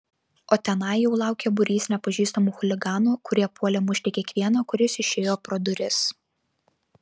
o tenai jau laukė būrys nepažįstamų chuliganų kurie puolė mušti kiekvieną kuris išėjo pro duris